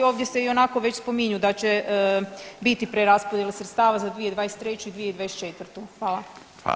Ovdje se ionako već spominju da će biti preraspodjela sredstava za 2023. i 2024.